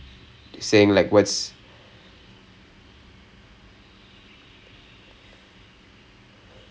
uh it's kind of like introducing the I_Cs and then like சேர்ந்து உங்களுக்கும்:sernthu ungalukkum like in all honesty